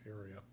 area